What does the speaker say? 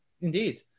indeed